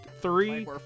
three